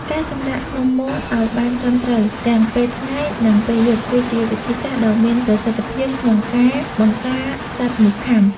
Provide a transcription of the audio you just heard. ការសម្រាកក្នុងមុងឱ្យបានត្រឹមត្រូវទាំងពេលថ្ងៃ និងពេលយប់គឺជាវិធីសាស្ត្រដ៏មានប្រសិទ្ធភាពក្នុងការបង្ការសត្វមូសខាំ។